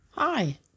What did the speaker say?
Hi